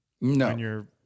No